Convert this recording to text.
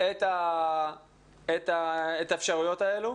את האפשרויות האלה.